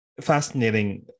Fascinating